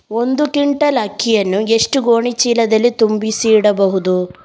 ಒಂದು ಕ್ವಿಂಟಾಲ್ ಅಕ್ಕಿಯನ್ನು ಎಷ್ಟು ಗೋಣಿಚೀಲದಲ್ಲಿ ತುಂಬಿಸಿ ಇಡಬಹುದು?